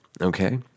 okay